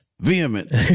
Vehement